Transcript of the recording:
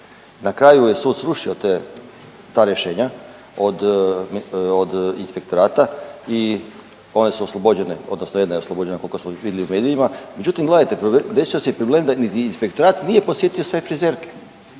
Na kraju je sud srušio ta rješenja od inspektorata i one su oslobođene, odnosno jedna je oslobođena koliko smo vidjeli u medijima. Međutim gledajte, desio se problem da niti Inspektorat nije posjetio sve frizerke,